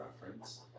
reference